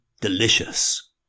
delicious